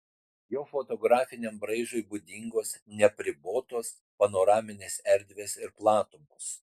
jo fotografiniam braižui būdingos neapribotos panoraminės erdvės ir platumos